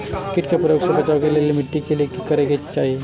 किट के प्रकोप से बचाव के लेल मिटी के कि करे के चाही?